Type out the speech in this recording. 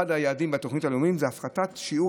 אחד היעדים בתוכנית הלאומית הוא הפחתת שיעור